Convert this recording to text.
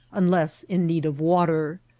unless in need of water.